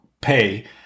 pay